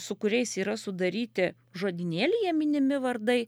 su kuriais yra sudaryti žodynėlyje minimi vardai